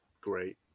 great